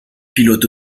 pilote